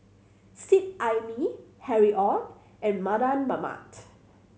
Seet Ai Mee Harry Ord and Mardan Mamat